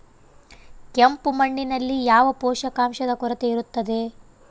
ಕೆಂಪು ಮಣ್ಣಿನಲ್ಲಿ ಯಾವ ಪೋಷಕಾಂಶದ ಕೊರತೆ ಇರುತ್ತದೆ?